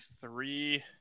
three